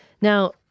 Now